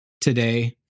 today